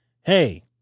hey